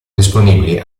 disponibili